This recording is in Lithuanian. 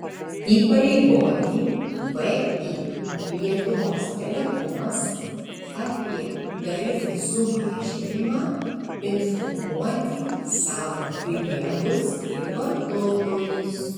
įpareigoti vį lietuvos telekomas apie tarifų sumažinimą informuoti savo filialus ir vartotojus